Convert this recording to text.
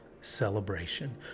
celebration